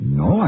no